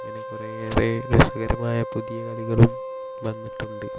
അങ്ങനെ കുറേ ഏറെ രസകരമായ പുതിയ കളികളും വന്നിട്ടുണ്ട്